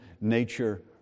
nature